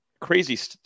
crazy